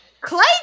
Clay